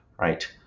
right